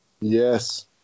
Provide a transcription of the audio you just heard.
Yes